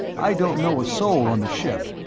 i don't know a soul on the ship,